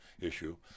issue